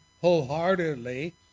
wholeheartedly